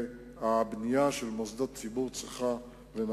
הבנייה של מוסדות ציבור נעשית